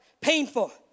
painful